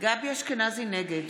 נגד